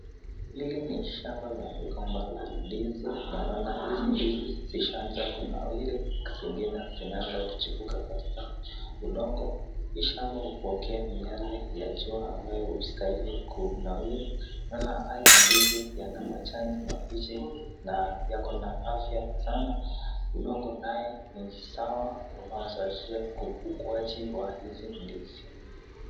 Ili ni shamba la mgomba wa ndizi . Ndizi zishaanza kunawiri, zingine zinaanza kuchipuka udongo. Hii shamba miale ya jua ambayo ustahili kunawiri . Haya ndizi Yana majani mabichi na yako na afya sana. Udongo nayo ni sawa inayosaidia ukuwaji Wa hizi ndizi.